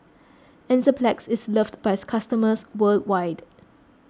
Enzyplex is loved by its customers worldwide